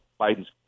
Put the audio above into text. Biden's